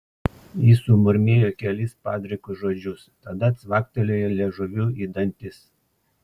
jis sumurmėjo kelis padrikus žodžius tada cvaktelėjo liežuviu į dantis